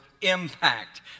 impact